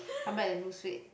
come back then lose weight